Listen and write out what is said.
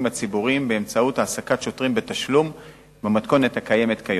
ציבוריים בהעסקת שוטרים בתשלום במתכונת הקיימת כיום,